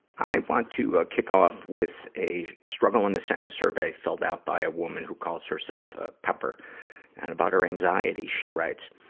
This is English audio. i want to, ah, kick off with a struggle in a sentence survey filled out by a woman who calls herself, ah, pepper. and about her anxiety, she writes,